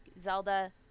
zelda